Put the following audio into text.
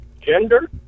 gender